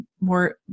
more